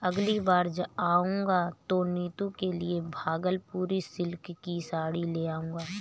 अगली बार आऊंगा तो नीतू के लिए भागलपुरी सिल्क की साड़ी ले जाऊंगा